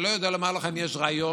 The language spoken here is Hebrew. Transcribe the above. אני לא יכול לומר לך אם יש ריאיון.